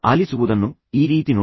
ಆಲಿಸುವುದನ್ನು ಈ ರೀತಿ ನೋಡಿ